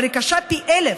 אבל היא קשה פי אלף,000,